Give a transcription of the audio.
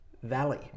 Valley